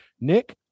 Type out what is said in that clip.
Nick